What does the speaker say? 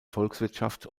volkswirtschaft